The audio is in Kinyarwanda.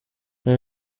nta